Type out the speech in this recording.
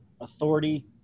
authority